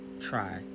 try